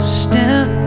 step